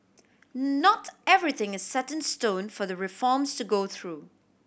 not everything is set in stone for the reforms to go through